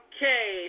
Okay